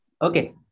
Okay